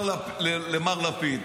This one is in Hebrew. אין ועדת אתיקה.